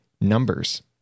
numbers